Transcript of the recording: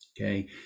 okay